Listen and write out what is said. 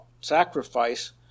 sacrifice